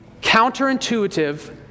counterintuitive